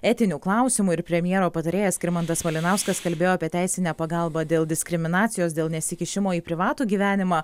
etinių klausimų ir premjero patarėjas skirmantas malinauskas kalbėjo apie teisinę pagalbą dėl diskriminacijos dėl nesikišimo į privatų gyvenimą